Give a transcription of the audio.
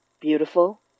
Beautiful